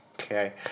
okay